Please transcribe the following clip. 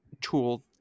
tool